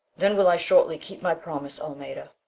then will i shortly keep my promise, almeda.